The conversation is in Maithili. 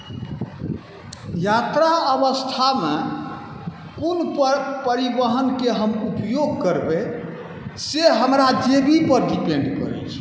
यात्रा अवस्थामे कोन परि परिवहनके हम उपयोग करबै से हमरा जेबीपर डिपेन्ड करै छै